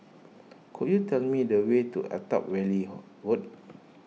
could you tell me the way to Attap Valley Road